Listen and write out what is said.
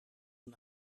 een